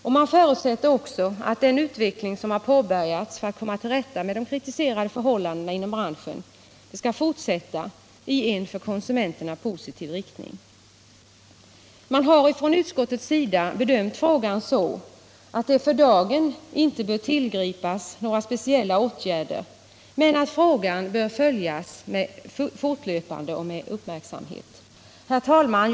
Utskottet förutsätter också att den utveckling som har påbörjats för att komma till rätta med de kritiserade förhållandena inom branschen skall fortsätta i en för konsumenterna positiv riktning. Vi har från utskottets sida bedömt frågan så att det för dagen inte bör tillgripas några speciella åtgärder men att frågan bör följas fortlöpande och med uppmärksamhet. Herr talman!